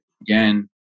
again